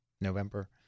November